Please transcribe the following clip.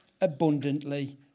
abundantly